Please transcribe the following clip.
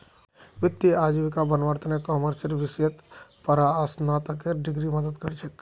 वित्तीय आजीविका बनव्वार त न कॉमर्सेर विषयत परास्नातकेर डिग्री मदद कर छेक